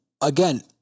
Again